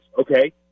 okay